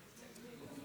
תשלום